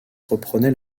reprenait